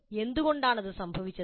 എന്തുകൊണ്ടാണ് ഇത് സംഭവിച്ചത്